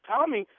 Tommy